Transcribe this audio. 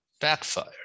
backfired